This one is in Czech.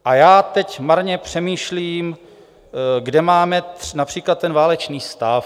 A já teď marně přemýšlím, kde máme například ten válečný stav.